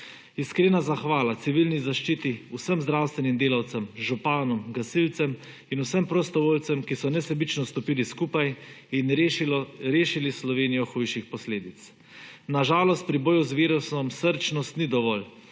Iskrena zahvala civilni zaščiti, vsem zdravstvenim delavcem, županom, gasilcem in vsem prostovoljcem, ki so nesebično stopili skupaj in rešili Slovenijo hujših posledic. Na žalost pri boju z virusom srčnost ni dovolj,